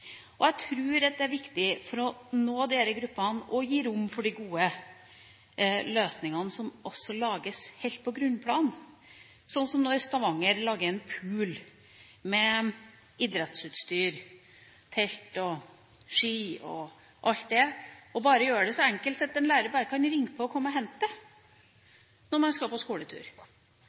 Jeg tror at det er viktig for å nå disse gruppene at vi gir rom for de gode løsningene, som også lages helt på grunnplan – sånn som når Stavanger lager en pool med idrettsutstyr, telt og ski og alt det, og gjør det så enkelt at en lærer bare kan ringe på og komme og hente det når man skal på skoletur,